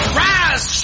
rise